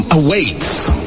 awaits